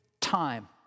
time